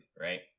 Right